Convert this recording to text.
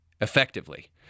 effectively